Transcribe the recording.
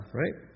right